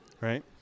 right